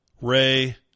Ray